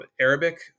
Arabic